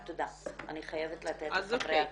אני חייבת לתת לחברי הכנסת.